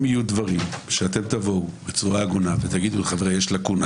אם יהיו דברים שתבואו בצורה הגונה ותגידו שיש לקונה,